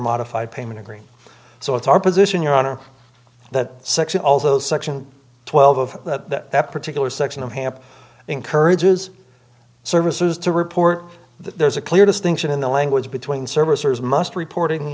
modified payment agree so it's our position your honor that section although section twelve of that particular section of hamp encourages services to report that there's a clear distinction in the language between servicers must reporting